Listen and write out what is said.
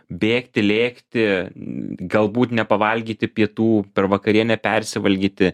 bėgti lėkti galbūt nepavalgyti pietų per vakarienę persivalgyti